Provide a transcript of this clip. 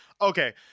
Okay